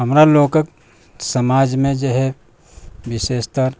हमरा लोकक समाज मे जे है विशेषता